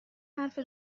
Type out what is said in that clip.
حرف